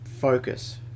focus